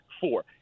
four